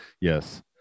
yes